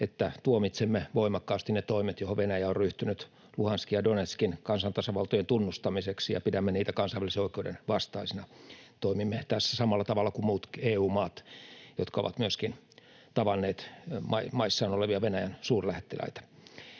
että tuomitsemme voimakkaasti ne toimet, joihin Venäjä on ryhtynyt Luhanskin ja Donetskin kansantasavaltojen tunnustamiseksi, ja että pidämme niitä kansainvälisen oikeuden vastaisina. Toimimme tässä samalla tavalla kuin muut EU-maat, jotka ovat myöskin tavanneet maissaan olevia Venäjän suurlähettiläitä.